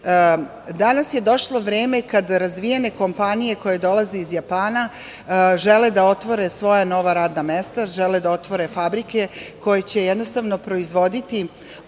Danas je došlo vreme kada razvijene kompanije koje dolaze iz Japana žele da otvore svoja nova radna mesta, žele da otvore fabrike koje će jednostavno proizvoditi